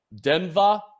Denver